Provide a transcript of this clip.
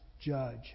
judge